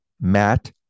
Matt